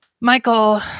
Michael